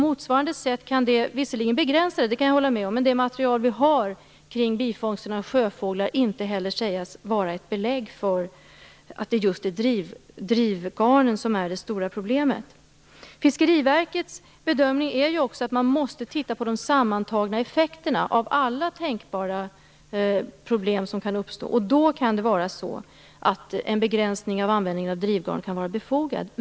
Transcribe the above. Visserligen kan jag hålla med om att den begränsar det. Men det material som vi har kring bifångsten av sjöfåglar kan inte heller sägas vara ett belägg för att det är just drivgarnen som är det stora problemet. Fiskeriverkets bedömning är ju också att man måste titta på de sammantagna effekterna av alla tänkbara problem som kan uppstå. Då kan en begränsning av användningen av drivgarn vara befogad.